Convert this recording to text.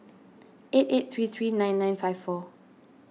eight eight three three nine nine five four